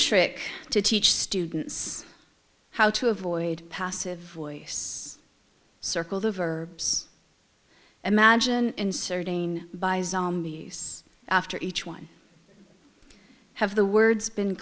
trick to teach students how to avoid passive voice circled over imagine inserting by zombies after each one have the words been